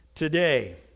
Today